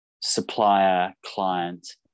supplier-client